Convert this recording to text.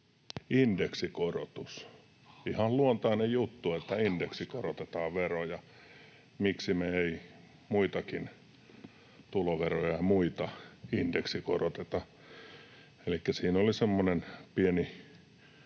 indeksikorotukseksi — ihan luontainen juttu, että indeksikorotetaan veroja, miksi me ei muitakin, tuloveroja ja muita, indeksikoroteta. Elikkä siinä oli semmoinen pieni